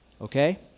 Okay